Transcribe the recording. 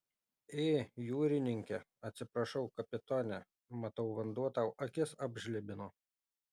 ė jūrininke atsiprašau kapitone matau vanduo tau akis apžlibino